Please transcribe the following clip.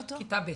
עד כיתה ב'.